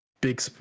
big